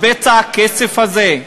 בצע הכסף הזה,